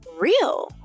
real